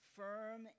firm